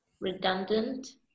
redundant